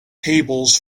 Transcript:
tables